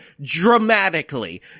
dramatically